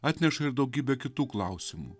atneša ir daugybę kitų klausimų